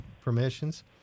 permissions